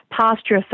pasture